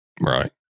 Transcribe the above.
Right